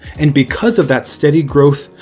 and because of that steady growth,